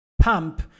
pump